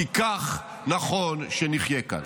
כי כך נכון שנחיה כאן.